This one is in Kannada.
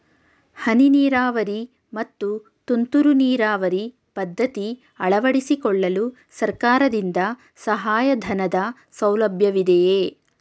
ಹನಿ ನೀರಾವರಿ ಮತ್ತು ತುಂತುರು ನೀರಾವರಿ ಪದ್ಧತಿ ಅಳವಡಿಸಿಕೊಳ್ಳಲು ಸರ್ಕಾರದಿಂದ ಸಹಾಯಧನದ ಸೌಲಭ್ಯವಿದೆಯೇ?